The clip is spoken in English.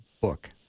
book